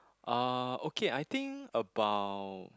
uh okay I think about